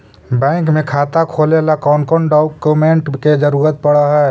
Bank में खाता खोले ल कौन कौन डाउकमेंट के जरूरत पड़ है?